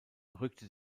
rückte